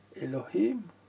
Elohim